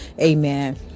Amen